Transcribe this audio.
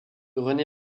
rené